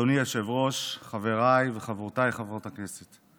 אדוני היושב-ראש, חבריי וחברותיי חברות הכנסת,